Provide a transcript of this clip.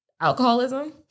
alcoholism